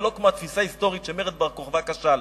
ולא כמו התפיסה ההיסטורית שמרד בר-כוכבא כשל.